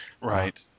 right